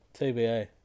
TBA